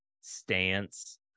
stance